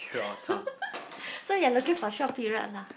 so you're looking for short period lah